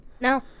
No